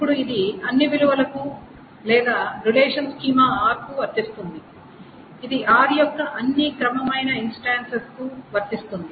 ఇప్పుడు ఇది అన్ని విలువలకు లేదా రిలేషన్ స్కీమా R కు వర్తిస్తుంది ఇది R యొక్క అన్ని క్రమమైన ఇన్స్టెన్సెస్ కు వర్తిస్తుంది